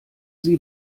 sie